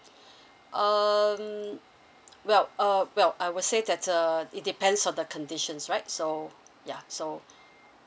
um well uh well I would say that uh it depends on the conditions right so ya so